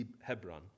Hebron